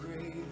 great